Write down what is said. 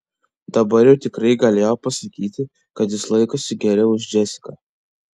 dabar jau tikrai galėjo pasakyti kad jis laikosi geriau už džesiką